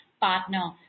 partner